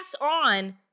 on